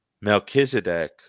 Melchizedek